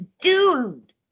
dude